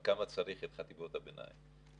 עד כמה צריך את חטיבות הביניים.